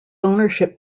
ownership